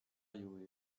you